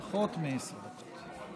פחות מעשר דקות.